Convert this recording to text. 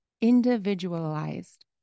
individualized